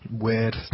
weird